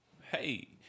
Hey